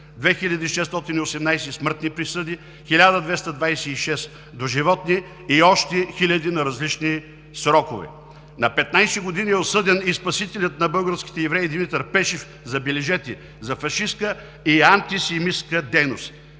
2618 смъртни присъди; 1226 доживотни и още хиляди на различни срокове. На 15 години е осъден и спасителят на българските евреи – Димитър Пешев, забележете, за фашистка и антисемитска дейност!